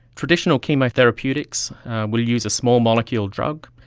traditional chemotherapeutics will use a small molecule drug,